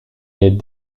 est